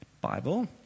Bible